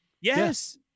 Yes